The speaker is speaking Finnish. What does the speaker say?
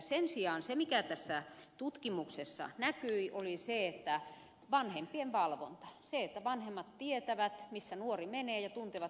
sen sijaan se mikä tässä tutkimuksessa näkyi oli vanhempien valvonta se että vanhemmat tietävät missä nuori menee ja tuntevat hänen kaverinsa